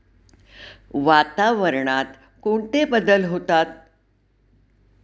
वातावरणात कोणते बदल होतात?